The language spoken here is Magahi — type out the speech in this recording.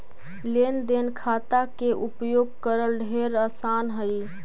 लेन देन खाता के उपयोग करल ढेर आसान हई